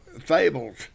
fables